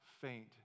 faint